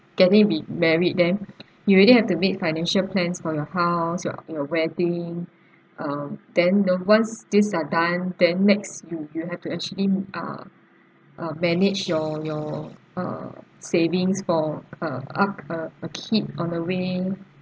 going to be married then you really have to make financial plans for your house your your wedding um then you know once this are done then next you you have to actually uh uh manage your your uh savings for uh uh a kid on a way